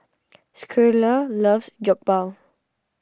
Schuyler loves Jokbal